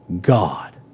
God